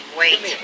wait